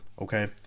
okay